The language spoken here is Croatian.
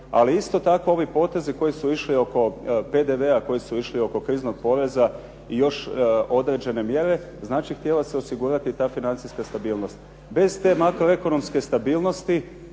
ali isto tako ovi potezi koji su išli oko PDV-a, koji su išli oko kriznog poreza i još određene mjere, znači htjela se osigurati ta financijska stabilnost. Bez te makroekonomske stabilnosti